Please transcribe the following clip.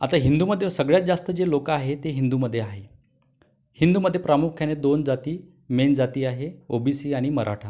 आता हिंदूमध्ये सगळ्यात जास्त जे लोकं आहे ते हिंदूमध्ये आहे हिंदूमध्ये प्रामुख्याने दोन जाती मेन जाती आहे ओ बी सी आणि मराठा